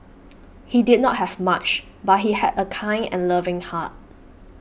he did not have much but he had a kind and loving heart